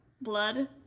blood